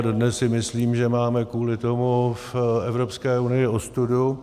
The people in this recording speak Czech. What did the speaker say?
Dodnes si myslím, že máme kvůli tomu v Evropské unii ostudu.